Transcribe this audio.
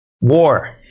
war